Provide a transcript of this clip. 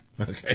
okay